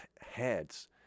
heads